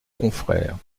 confrère